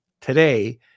today